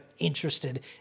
interested